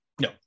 no